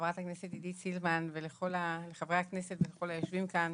לחברת הכנסת עידית סילמן ולכל חברי הכנסת ולכל היושבים כאן.